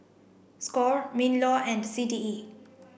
Score MINLAW and C T E